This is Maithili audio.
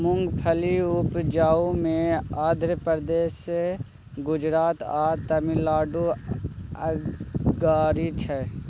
मूंगफली उपजाबइ मे आंध्र प्रदेश, गुजरात आ तमिलनाडु अगारी छै